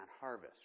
harvest